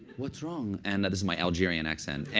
what's wrong? and this is my algerian accent. and